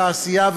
התעשייה,